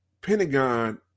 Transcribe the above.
Pentagon